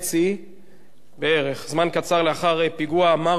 ואחר כך אנחנו כנראה נצא להפסקה.